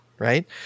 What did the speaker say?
Right